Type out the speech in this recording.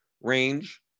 range